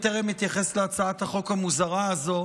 בטרם אתייחס להצעת החוק המוזרה הזו,